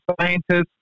scientists